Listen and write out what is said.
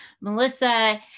Melissa